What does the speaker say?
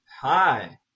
Hi